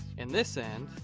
and this end.